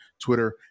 Twitter